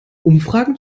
umfragen